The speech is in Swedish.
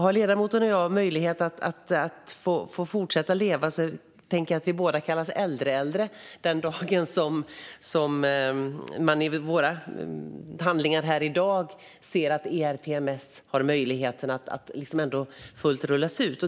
Har ledamoten och jag möjligheten att få fortsätta leva tänker jag att vi båda kommer att kallas äldre äldre den dag man enligt handlingarna vi behandlar här i dag ser att ERTMS rullats ut helt.